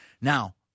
Now